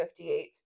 58